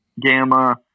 Gamma